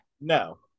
No